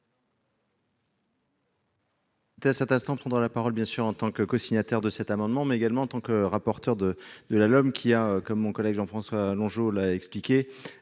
Merci,